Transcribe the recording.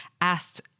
asked